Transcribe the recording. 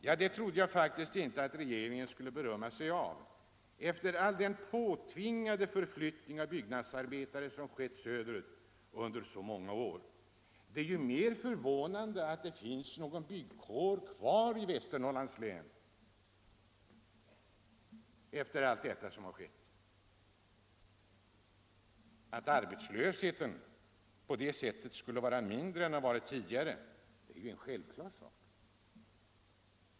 Ja, det trodde jag faktiskt inte att regeringen skulle berömma sig av efter all den påtvingade förflyttning av byggnadsarbetare som skett söderut under så många år. Det är ju mer förvånande att det finns någon byggarbetarkår kvar i Västernorrlands län efter allt som skett. Att arbetslösheten på det sättet är mindre än tidigare är ju en självklar sak.